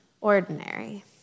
ordinary